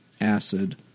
acid